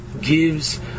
gives